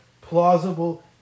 plausible